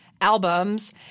Albums